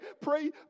Pray